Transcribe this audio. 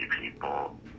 people